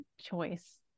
choice